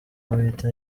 guhita